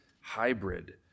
hybrid